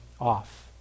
off